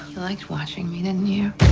liked watching me, didn't you?